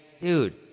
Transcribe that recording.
dude